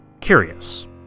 curious